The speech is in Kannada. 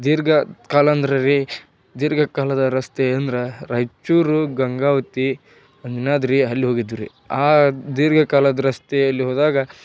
ದೀರ್ಘಕಾಲ ಅಂದ್ರೆ ರೀ ದೀರ್ಘಕಾಲದ ರಸ್ತೆ ಅಂದ್ರೆ ರಾಯ್ಚೂರು ಗಂಗಾವತಿ ಅಂಜನಾದ್ರಿ ಅಲ್ಲಿ ಹೋಗಿದ್ವಿರಿ ಆ ದೀರ್ಘಕಾಲದ ರಸ್ತೆಯಲ್ಲಿ ಹೋದಾಗ